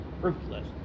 ruthless